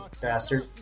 Bastard